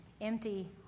empty